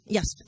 Yes